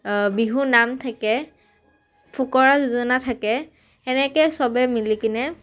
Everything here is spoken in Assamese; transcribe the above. বিহু নাম থাকে ফঁকৰা যোজনা থাকে সেনেকৈ চবে মিলি কেনে